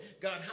God